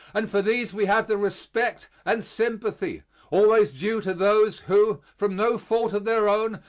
and for these we have the respect and sympathy always due to those who, from no fault of their own,